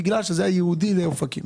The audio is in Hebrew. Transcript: בגלל שזה היה ייעודי לאופקים.